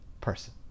person